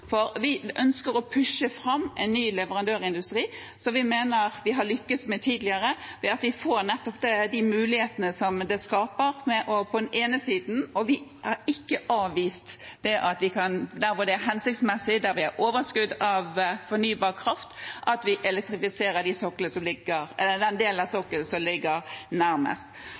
Vi ønsker å pushe fram en ny leverandørindustri, som vi mener at vi har lykkes med tidligere, ved at de får nettopp de mulighetene som det skaper, og vi har ikke avvist at vi der hvor det er hensiktsmessig, der vi har overskudd av fornybar kraft, elektrifiserer den delen av sokkelen som ligger nærmest. Så må jeg bare gjenta at da vi behandlet vindkraft på land, var Arbeiderpartiet et av de partiene som